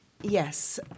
Yes